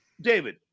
David